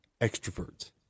extroverts